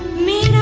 me